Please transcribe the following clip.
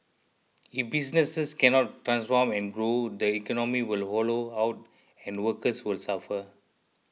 if businesses can not transform and grow the economy will hollow out and workers will suffer